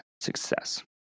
success